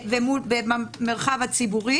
ובמרחב הציבורי